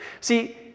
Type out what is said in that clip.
See